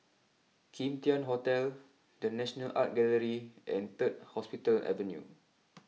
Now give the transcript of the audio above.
Kim Tian Hotel the National Art Gallery and third Hospital Avenue